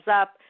up